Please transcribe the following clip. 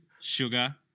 Sugar